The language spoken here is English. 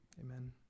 Amen